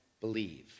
believe